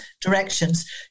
directions